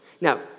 Now